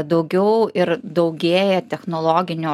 daugiau ir daugėja technologinio